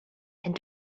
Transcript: and